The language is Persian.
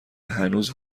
هنوز